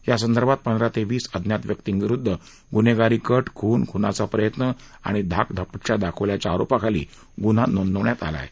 यासंदर्भात पंधरा ते वीस अज्ञात व्यक्तींविरुद्ध गुन्हेगारी कट खून खुनाचा प्रयत्न आणि धाकधपटशा दाखवल्याच्या आरोपाखाली गुन्हा नोंदवण्यात आला आहे